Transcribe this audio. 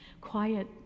quiet